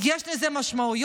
יש לזה משמעות.